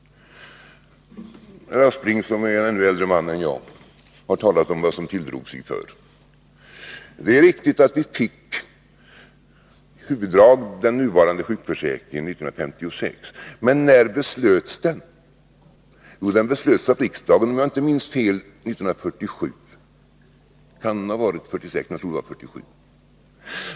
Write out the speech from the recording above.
Herr Aspling, som är en ännu äldre man än jag, har talat om vad som tilldrog sig förr. Det är riktigt att vi 1956 fick i huvuddrag den nuvarande sjukförsäkringen. Men när fattades det beslut om den? Jo, riksdagen fattade, om jag inte minns fel, beslutet 1947 — det kan ha varit 1946.